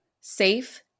safe